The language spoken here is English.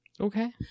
Okay